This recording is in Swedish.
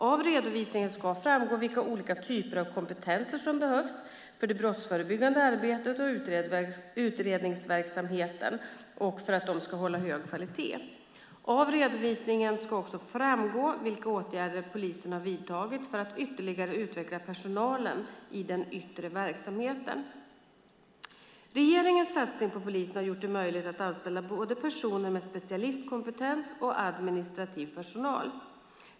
Av redovisningen ska framgå vilka olika typer av kompetenser som behövs för att det brottsförebyggande arbetet och utredningsverksamheten ska hålla hög kvalitet. Av redovisningen ska också framgå vilka åtgärder som polisen har vidtagit för att ytterligare utveckla personalen i den yttre verksamheten. Regeringens satsning på polisen har gjort det möjligt att anställa både personer med specialistkompetens och administrativ personal.